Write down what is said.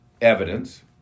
evidence